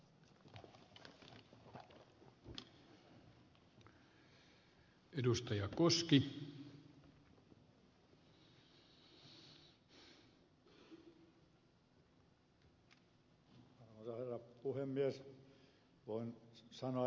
voin sanoa että pidin ed